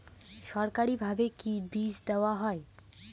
সরকারিভাবে কি বীজ দেওয়া হয়?